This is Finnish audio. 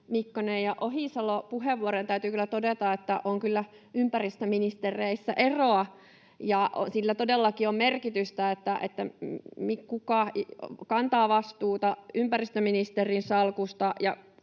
Ohisalo, puheenvuoroja, täytyy kyllä todeta, että on kyllä ympäristöministereissä eroa. Sillä todellakin on merkitystä, kuka kantaa vastuuta ympäristöministerin salkusta